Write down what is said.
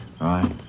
right